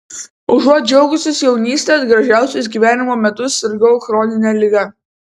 užuot džiaugusis jaunyste gražiausius gyvenimo metus sirgau chronine liga